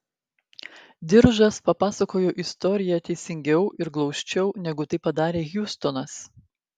diržas papasakojo istoriją teisingiau ir glausčiau negu tai padarė hjustonas